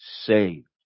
saved